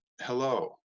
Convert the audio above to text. hello